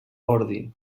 ordi